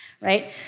right